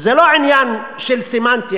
וזה לא עניין סמנטי,